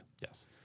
Yes